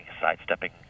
sidestepping